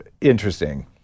interesting